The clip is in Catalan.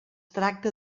tracta